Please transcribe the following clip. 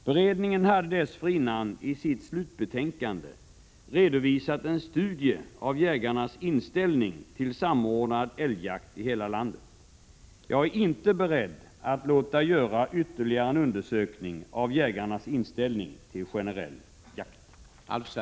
Beredningen hade dessförinnan i sitt slutbetänkande redovisat en studie av jägarnas inställning till samordnad älgjakt i hela landet. Jag är inte beredd att låta göra ytterligare en undersökning av jägarnas inställning till generell jakt.